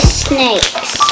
snakes